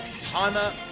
timer